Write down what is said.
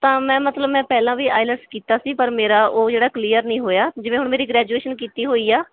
ਤਾਂ ਮੈਮ ਮਤਲਬ ਮੈਂ ਪਹਿਲਾਂ ਵੀ ਆਈਲੈਟਸ ਕੀਤਾ ਸੀ ਪਰ ਮੇਰਾ ਉਹ ਜਿਹੜਾ ਕਲੀਅਰ ਨਹੀਂ ਹੋਇਆ ਜਿਵੇਂ ਹੁਣ ਮੇਰੀ ਗ੍ਰੈਜੂਏਸ਼ਨ ਕੀਤੀ ਹੋਈ ਆ